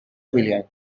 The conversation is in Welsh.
gwyliau